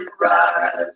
rise